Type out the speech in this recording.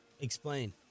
Explain